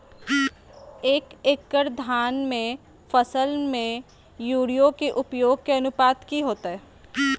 एक एकड़ धान के फसल में यूरिया के उपयोग के अनुपात की होतय?